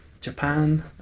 japan